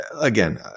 Again